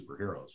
superheroes